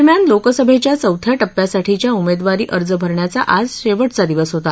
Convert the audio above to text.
दरम्यान लोकसभेच्या चौथ्या टप्प्यासाठीच्या उमेदवारी अर्ज भरण्याचा आज शेवटचा दिवस होता